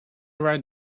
right